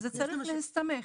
אז צריך להסתמך.